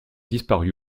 disparu